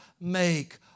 make